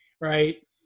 Right